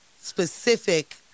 specific